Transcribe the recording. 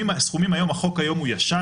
החוק היום הוא ישן.